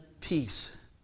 peace